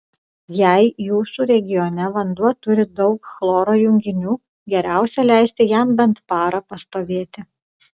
jei jūsų regione vanduo turi daug chloro junginių geriausia leisti jam bent parą pastovėti